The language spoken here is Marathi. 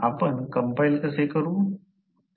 आपण कंपाईल कसे करू